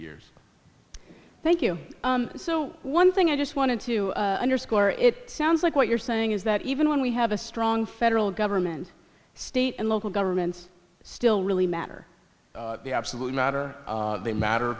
years thank you so one thing i just wanted to underscore it sounds like what you're saying is that even when we have a strong federal government state and local governments still really matter absolutely matter they matter